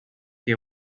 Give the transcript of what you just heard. che